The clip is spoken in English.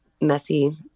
messy